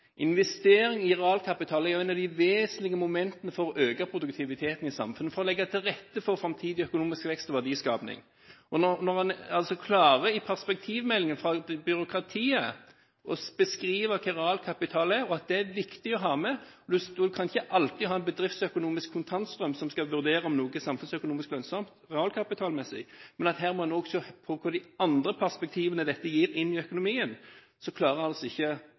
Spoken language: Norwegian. Investering i realkapital er jo et av de vesentlige momentene for å øke produktiviteten i samfunnet, for å legge til rette for framtidig økonomisk vekst og verdiskaping. Når man i perspektivmeldingen fra byråkratiet beskriver hva realkapital er, og at det er viktig å ha med, pluss at man ikke alltid ut fra en bedriftsøkonomisk kontantstrøm skal vurdere om noe er samfunnsøkonomisk lønnsomt realkapitalmessig, men også må se på hvilke andre perspektiver dette gir for økonomien, klarer altså ikke